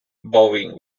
bowing